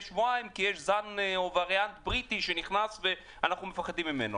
שבועיים כי יש זן בריטי שנכנס ואנחנו מפחדים ממנו.